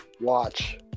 Watch